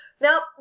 now